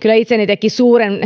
kyllä suuren